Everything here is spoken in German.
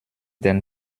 den